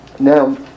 Now